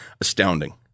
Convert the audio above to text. astounding